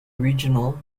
regional